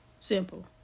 Simple